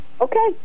Okay